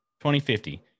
2050